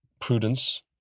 prudence